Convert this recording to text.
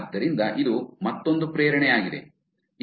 ಆದ್ದರಿಂದ ಇದು ಮತ್ತೊಂದು ಪ್ರೇರಣೆಯಾಗಿದೆ